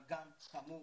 אבל גם, כאמור,